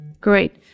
great